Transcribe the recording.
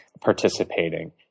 participating